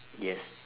yes